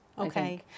Okay